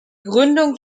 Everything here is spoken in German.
gründung